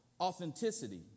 authenticity